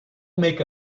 make